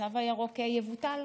שהתו הירוק יבוטל.